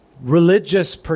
religious